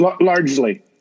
Largely